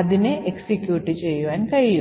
അതിനെ എക്സിക്യൂട്ട് ചെയ്യുവാൻ കഴിയും